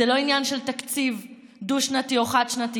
זה לא עניין של תקציב דו-שנתי או חד-שנתי,